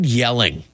yelling